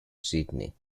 sydney